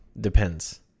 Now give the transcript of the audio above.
depends